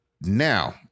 Now